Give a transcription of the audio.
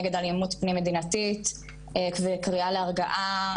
נגד אלימות פנים מדינתית וקריאה להרגעה,